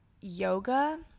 yoga